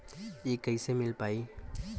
इ कईसे मिल पाई?